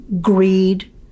greed